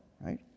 right